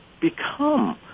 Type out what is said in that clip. become